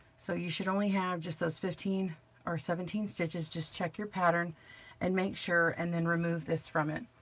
so you should only have just those fifteen or seventeen stitches, just check your pattern and make sure, and then remove this from it.